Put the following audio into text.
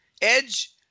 Edge